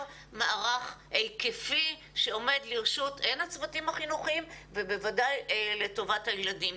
מערך היקפי שעומד לרשות הצוותים החינוכיים ובוודאי לטובת הילדים.